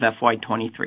FY23